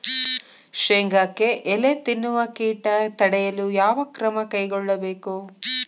ಶೇಂಗಾಕ್ಕೆ ಎಲೆ ತಿನ್ನುವ ಕೇಟ ತಡೆಯಲು ಯಾವ ಕ್ರಮ ಕೈಗೊಳ್ಳಬೇಕು?